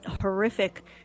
horrific